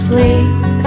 Sleep